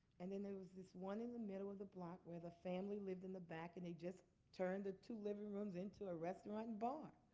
and then there was this one in the middle of the block where the family lived in the back, and they just turned the two living rooms into a restaurant and bar.